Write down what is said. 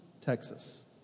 Texas